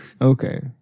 Okay